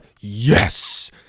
yes